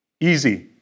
Easy